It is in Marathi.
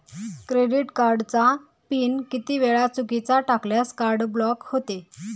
क्रेडिट कार्डचा पिन किती वेळा चुकीचा टाकल्यास कार्ड ब्लॉक होते?